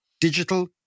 Digital